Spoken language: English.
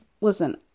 listen